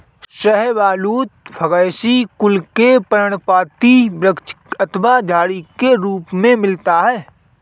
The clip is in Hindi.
शाहबलूत फैगेसी कुल के पर्णपाती वृक्ष अथवा झाड़ी के रूप में मिलता है